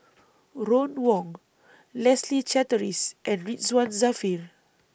Ron Wong Leslie Charteris and Ridzwan Dzafir